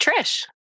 Trish